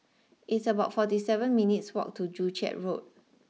it's about forty seven minutes' walk to Joo Chiat Road